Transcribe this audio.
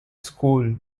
school